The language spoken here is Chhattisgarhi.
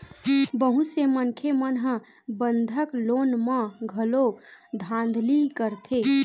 बहुत से मनखे मन ह बंधक लोन म घलो धांधली करथे